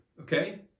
okay